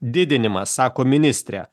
didinimas sako ministrė